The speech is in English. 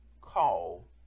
call